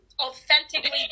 authentically